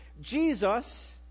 Jesus